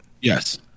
yes